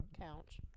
couch